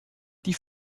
die